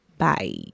Bye